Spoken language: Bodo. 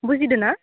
बुजिदोंना